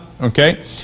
Okay